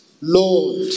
Lord